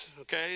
okay